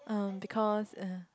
um because uh